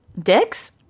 Dicks